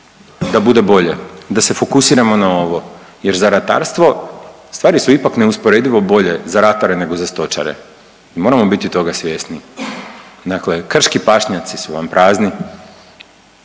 da bude bolje, da se fokusiramo na ovo jer za ratarstvo, stvari su ipak neusporedivo bolje za ratare nego za stočare, mi moramo biti toga svjesni, dakle krški pašnjaci su vam prazni.